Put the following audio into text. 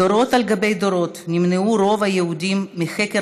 דורות על גבי דורות נמנעו רוב היהודים מחקר